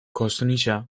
kostunica